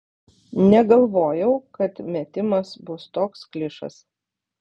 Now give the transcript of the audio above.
negalvojau kad metimas bus toks klišas